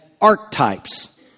archetypes